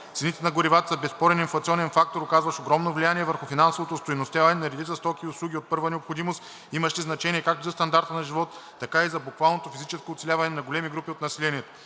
Цените на горивата са безспорен инфлационен фактор, оказващ огромно влияние върху финансовото остойностяване на редица стоки и услуги от първа необходимост, имащи значение както за стандарта на живот, така и за буквалното физическо оцеляване на големи групи от населението.